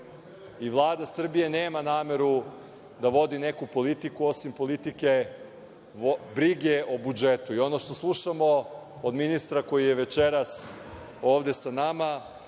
i Vlada Srbije nema nameru da vodi neku politiku osim politike brige o budžetu. Ono što slušamo od ministra koji je večeras ovde sa nama,